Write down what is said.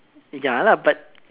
ya lah but